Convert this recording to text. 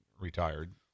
retired